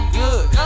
good